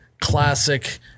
classic